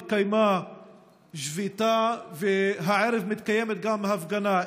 התקיימה שביתה, והערב מתקיימת גם הפגנה.